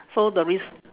so the rec~